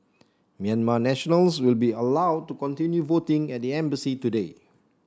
Myanmar nationals will be allowed to continue voting at the embassy today